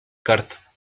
carta